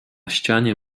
ścianie